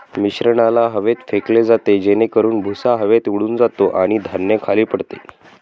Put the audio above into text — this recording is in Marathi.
मिश्रणाला हवेत फेकले जाते जेणेकरून भुसा हवेत उडून जातो आणि धान्य खाली पडते